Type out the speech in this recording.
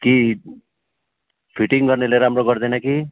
कि फिटिङ गर्नेले राम्रो गरिदिएन कि